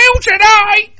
tonight